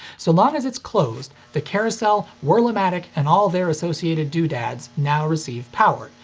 so long as it's closed, the carousel, wurlamatic, and all their associated doodads now receive power,